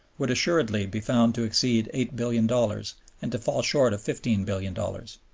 would assuredly be found to exceed eight billion dollars and to fall short of fifteen billion dollars.